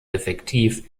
effektiv